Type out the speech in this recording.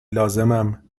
لازمم